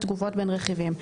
9.3. תגובות בין רכיבים,